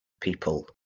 people